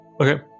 Okay